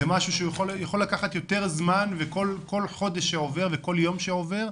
זה משהו שיכול לקחת יותר זמן וכל חודש שעובר וכל יום שעובר,